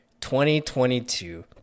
2022